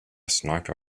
sniper